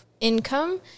income